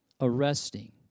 arresting